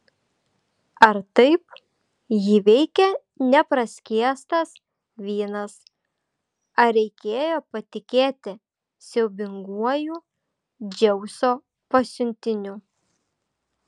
ar taip jį veikė nepraskiestas vynas ar reikėjo patikėti siaubinguoju dzeuso pasiuntiniu